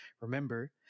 remember